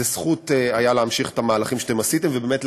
זו הייתה זכות להמשיך את המהלכים שעשיתם ובאמת להביא,